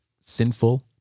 sinful